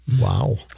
Wow